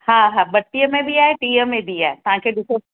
हा हा ॿटीह में बि आहे टीह में बि आहे तव्हां खे ॾिसो